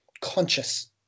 conscious